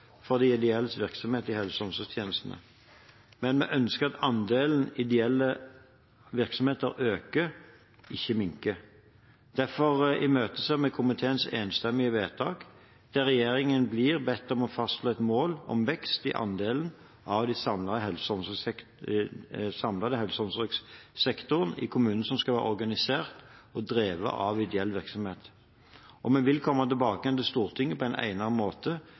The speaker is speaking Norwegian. for de ideelles virksomhet i helse- og omsorgstjenestene, men vi ønsker at andelen ideelle virksomheter øker, ikke minker. Derfor imøteser vi komiteens enstemmige vedtak, der regjeringen blir bedt om å fastslå et mål om vekst i andelen av den samlede helse- og omsorgssektoren i kommunene som skal være organisert og drevet av ideell virksomhet. Vi vil komme tilbake til Stortinget på egnet måte